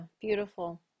beautiful